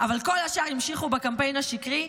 אבל כל השאר המשיכו בקמפיין השקרי.